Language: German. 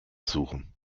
suchen